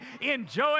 enjoy